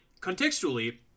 contextually